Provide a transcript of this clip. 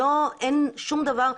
אין שום דבר,